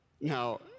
Now